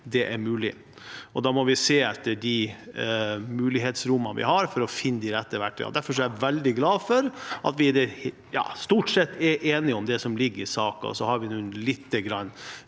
det er mulig. Da må vi se etter de mulighetsrommene vi har, for å finne de rette verktøyene. Jeg er derfor veldig glad for at vi stort sett er enige om det som ligger i saken. Vi har litt